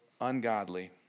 ungodly